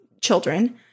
children